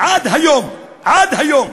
עד היום, עד היום,